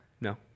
No